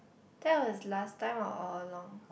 that was last time or all along